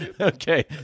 Okay